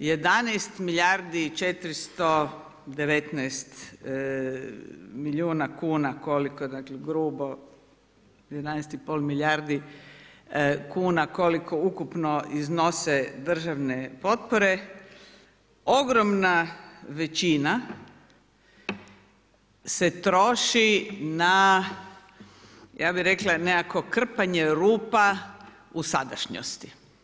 11 milijardi i 419 milijuna kuna koliko je u grubo 11,5 milijardi kuna koliko ukupno iznose državne potpore ogromna većina se troši na ja bih rekla na nekakvo krpanje rupa u sadašnjosti.